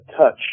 touch